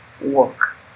work